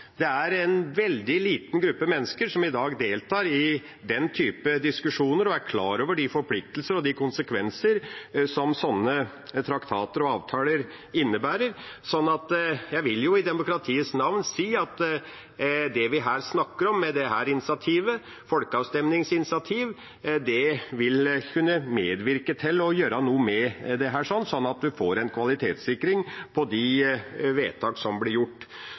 deltar i den typen diskusjoner og er klar over de forpliktelsene og de konsekvensene som slike traktater og avtaler innebærer. Jeg vil i demokratiets navn si at det vi her snakker om med dette initiativet – et folkeavstemningsinitiativ – vil kunne medvirke til å gjøre noe med dette, sånn at vi får en kvalitetssikring av de vedtakene som blir gjort.